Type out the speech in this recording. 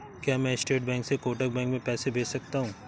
क्या मैं state bank से कोटक बैंक में पैसे भेज सकता हूँ?